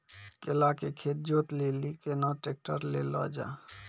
केला के खेत जोत लिली केना ट्रैक्टर ले लो जा?